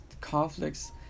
conflicts